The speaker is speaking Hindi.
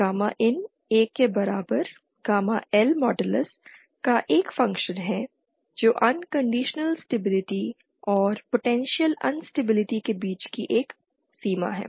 गामा IN 1 के बराबर गामा L मॉडलस का एक फंक्शन है जो अनकंडीशनल स्टेबिलिटी और पोटेंशियल अनस्टेबिलिटी के बीच एक सीमा है